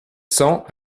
cents